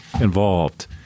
involved